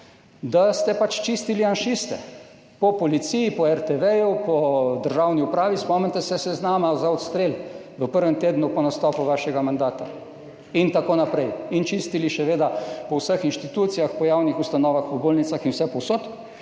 da ste pač čistili janšiste po policiji, po RTV, po državni upravi. Spomnite se seznama za odstrel v prvem tednu po nastopu vašega mandata in čistili ste seveda po vseh institucijah, po javnih ustanovah, po bolnicah in vsepovsod,